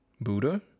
Buddha